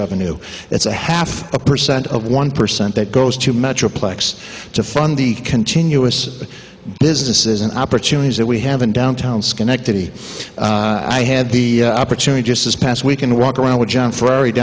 revenue that's a half a percent of one percent that goes to metroplex to fund the continuous businesses and opportunities that we have in downtown schenectady i had the opportunity just this past weekend walk around with